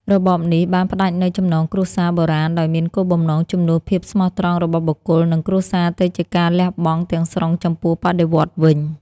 របបនេះបានផ្តាច់នូវចំណងគ្រួសារបុរាណដោយមានគោលបំណងជំនួសភាពស្មោះត្រង់របស់បុគ្គល និងគ្រួសារទៅជាការលះបង់ទាំងស្រុងចំពោះបដិវត្តន៍វិញ។